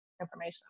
information